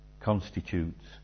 constitutes